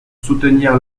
soutenir